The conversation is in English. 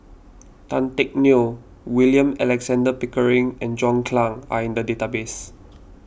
Tan Teck Neo William Alexander Pickering and John Clang are in the database